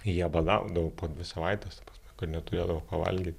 jie badaudavo po dvi savaites kad neturėdavo ko valgyt